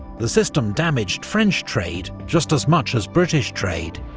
the system damaged french trade just as much as british trade.